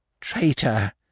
Traitor